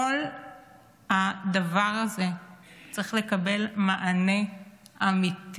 כל הדבר הזה צריך לקבל מענה אמיתי.